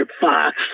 Fox